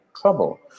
trouble